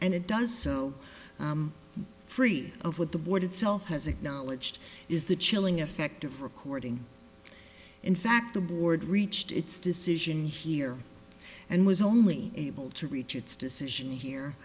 and it does so free of what the board itself has acknowledged is the chilling effect of recording in fact the board reached its decision here and was only able to reach its decision here